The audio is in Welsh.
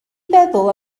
feddwl